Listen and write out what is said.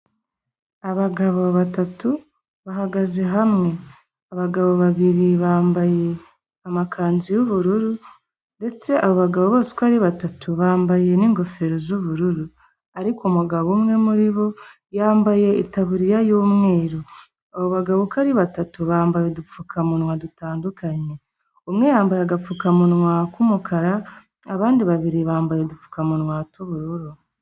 Abagabo batatu bahagaze hamwe. Abagabo babiri bambaye amakanzu y'ubururu ndetse aba bagabo bose uko ari batatu, bambaye n'ingofero z'ubururu ariko umugabo umwe muri bo yambaye itaburiya y'umweru. Abo bagabo uko ari batatu bambaye udupfukamunwa dutandukanye. Umwe yambaye agapfukamunwa k'umukara, abandi babiri bambaye udupfukamunwa tw'ubururu.